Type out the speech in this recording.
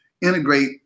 integrate